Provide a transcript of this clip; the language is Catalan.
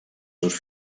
seus